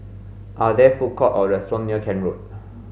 are there food courts or restaurants near Kent Road